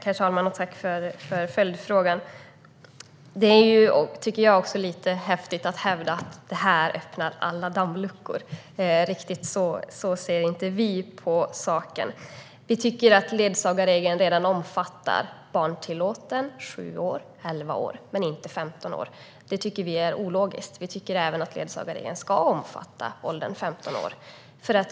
Herr talman! Tack för följdfrågan! Jag tycker att det är lite häftigt att hävda att dessa frågor öppnar alla dammluckor. Riktigt så ser inte vi på saken. Ledsagarregeln omfattar redan barntillåten, sju år, elva år men inte femton år. Det tycker vi är ologiskt. Vi tycker att ledsagarregeln även ska omfatta åldern femton år.